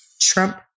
Trump